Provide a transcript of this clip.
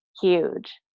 huge